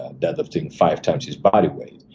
and lifting five times his body weight.